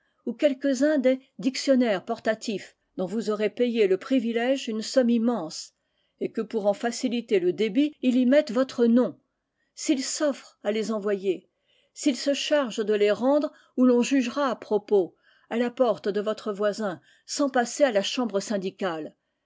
ou quelques-uns des dictionnaires portatifs dont vous aurez payé le privilège une somme immense et que pour en faciliter le débit il y mette votre nom s'il s'offre à les envoyer s'il se charge de les rendre où l'on jugera à propos à la porte de votre voisin sans passer à la chambre syndicale